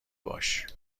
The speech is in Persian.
باش